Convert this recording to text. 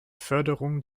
förderung